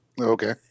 Okay